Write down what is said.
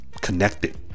connected